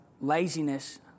Laziness